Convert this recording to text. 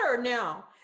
now